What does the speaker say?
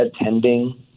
attending